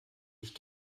ich